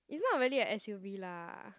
it's not really a s_u_v lah